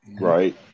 Right